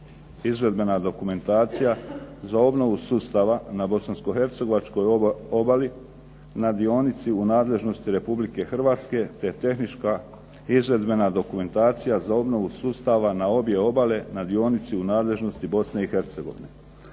izvedbena dokumentacija za obnovu sustavu na Bosansko-hercegovačkoj obali na dionici u nadležnosti Republike Hrvatske te tehnička izvedbena dokumentacija za obnovu sustava na obje obale na dionici u nadležnosti bosne i Hercegovine.